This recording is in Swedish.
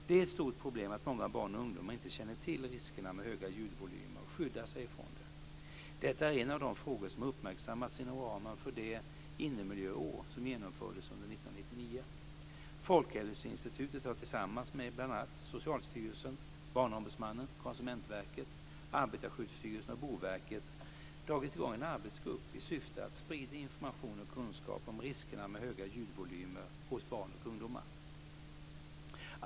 Det är ett stort problem att många barn och ungdomar inte känner till riskerna med höga ljudvolymer och skyddar sig från dem. Detta är en av de frågor som har uppmärksammats inom ramen för det innemiljöår som genomfördes under år 1999. Folkhälsoinstitutet har tillsammans med bl.a. Socialstyrelsen, Barnombudsmannen, Konsumentverket, Arbetarskyddsstyrelsen och Boverket dragit i gång en arbetsgrupp i syfte att sprida information och kunskap om riskerna med höga ljudvolymer hos barn och ungdomar.